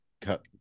cut